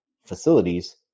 facilities